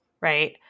right